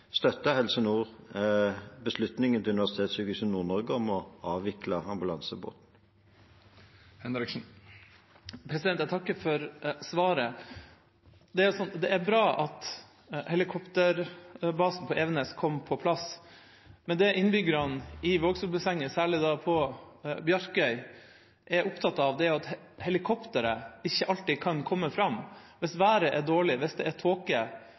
Helse Nord beslutningen til Universitetssykehuset i Nord-Norge om å avvikle ambulansebåten. Jeg takker for svaret. Det er bra at helikopterbasen på Evenes kom på plass. Men det innbyggerne i Vågsfjordbassenget, særlig på Bjarkøy, er opptatt av, er at helikopteret ikke alltid kan komme fram. Hvis været er dårlig, hvis det er